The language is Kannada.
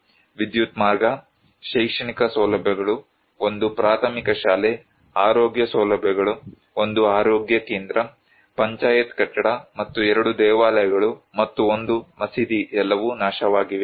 ವಿದ್ಯುತ್ ಮಾರ್ಗ ಶೈಕ್ಷಣಿಕ ಸೌಲಭ್ಯಗಳು ಒಂದು ಪ್ರಾಥಮಿಕ ಶಾಲೆ ಆರೋಗ್ಯ ಸೌಲಭ್ಯಗಳು ಒಂದು ಆರೋಗ್ಯ ಕೇಂದ್ರ ಪಂಚಾಯತ್ ಕಟ್ಟಡ ಮತ್ತು ಎರಡು ದೇವಾಲಯಗಳು ಮತ್ತು ಒಂದು ಮಸೀದಿ ಎಲ್ಲವೂ ನಾಶವಾಗಿವೆ